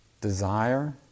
Desire